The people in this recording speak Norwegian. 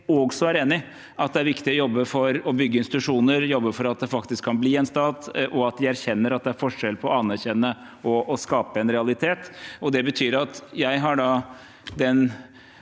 også er enige i at det er viktig å jobbe for å bygge institusjoner, jobbe for at det faktisk kan bli en stat, og at de erkjenner at det er forskjell på å anerkjenne og å skape en realitet. Det betyr at jeg har den